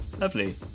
Lovely